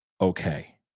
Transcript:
okay